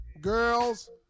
girls